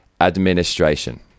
administration